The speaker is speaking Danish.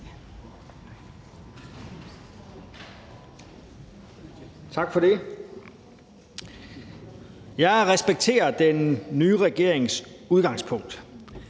Tak for det. Jeg respekterer den nye regerings udgangspunkt.